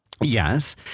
Yes